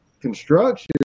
construction